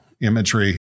imagery—